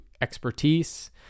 expertise